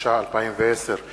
התש"ע 2010,